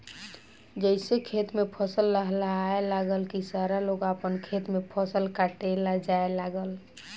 जइसे खेत में फसल लहलहाए लागल की सारा लोग आपन खेत में फसल काटे ला जाए लागल